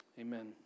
Amen